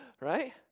right